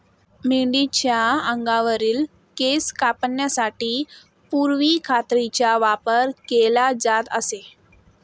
मेंढीच्या अंगावरील केस कापण्यासाठी पूर्वी कात्रीचा वापर केला जात असे